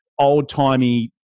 old-timey